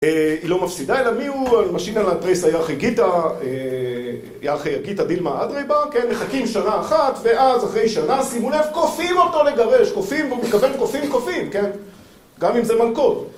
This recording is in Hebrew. היא לא מפסידה, אלא מיהו משהינן לה תריסר ירחי גיטא, ירחי גיטא, דילמא הדרי בהו. כן, מחכים שנה אחת, ואז אחרי שנה, שימו לב: כופים אותו לגרש, כופים, והוא מתכוון כופים כופים, כן? גם אם זה מלקות!